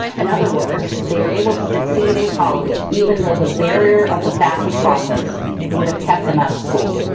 in other words, they were able to succeed in college, even though the barrier of the fafsa process would have kept them out of school.